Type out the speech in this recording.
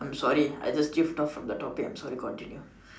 I'm sorry I just drift off from the topic I'm sorry continue